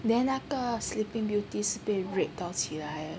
then 那个 Sleeping Beauty's 是被 rape 到起来的